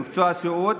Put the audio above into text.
במקצוע הסיעוד,